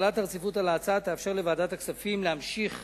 החלת הרציפות על ההצעה תאפשר לוועדת הכספים להמשיך